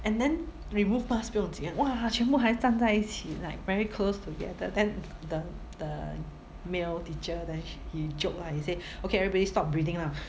and then remove mask 不用紧 eh !wah! 全部还站在一起 like very close together then the the male teacher then he joke lah he say okay everybody stop breathing now